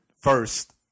first